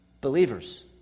Believers